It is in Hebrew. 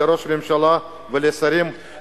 לראש הממשלה ולשרים,